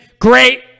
great